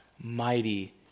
mighty